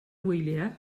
wyliau